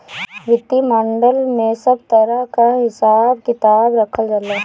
वित्तीय मॉडल में सब तरह कअ हिसाब किताब रखल जाला